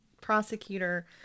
prosecutor